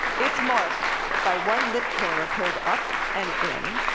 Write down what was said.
it's marked by one lip corner pulled up and in.